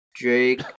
Drake